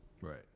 Right